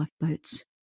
lifeboats